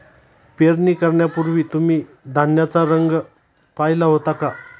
पेरणी करण्यापूर्वी तुम्ही धान्याचा रंग पाहीला होता का?